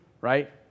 right